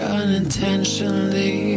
unintentionally